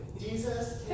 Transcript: Jesus